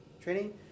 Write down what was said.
training